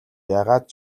яагаад